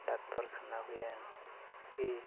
doctor ᱠᱷᱟᱱᱟ ᱦᱩᱭᱮᱱ ᱠᱤ